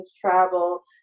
travel